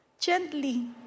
gently